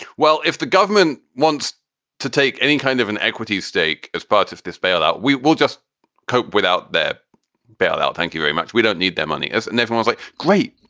well, if the government wants to take any kind of an equity stake as part of this bailout, we will just cope without that bailout. thank you very much. we don't need that money as and everyone's like great.